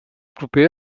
proper